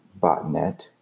botnet